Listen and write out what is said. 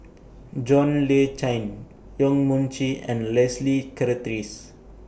John Le Cain Yong Mun Chee and Leslie Charteris